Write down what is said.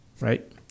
right